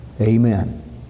amen